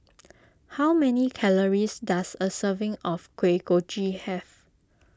how many calories does a serving of Kuih Kochi have